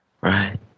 Right